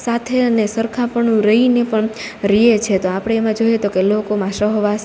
સાથે અને સરખાપણું રઈને પણ રેય છે તો આપડે એમાં જોઈએ તો કે લોકોમાં સહવાસ